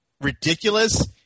ridiculous